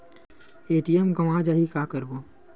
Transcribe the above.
ATM गवां जाहि का करबो?